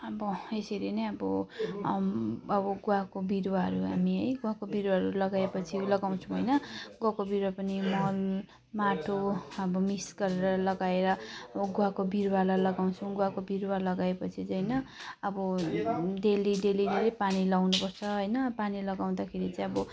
अब यसरी नै अब अब गुवाको बिरुवाहरू हामी है गुवाको बिरुवाहरू लगाए पछि लगाउँछौँ होइन गुवाको बिरुवा पनि मल माटो अब मिक्स गरेर लगाएर अब गुवाको बिरुवालाई लगाउँछौँ गुवाको बिरुवा लगाएपछि चाहिँ होइन अब डेली डेली धेरै पानी लगाउनुपर्छ होइन पानी लगाउँदाखेरि चाहिँ अब